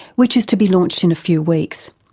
which is to be launched in a few weeks.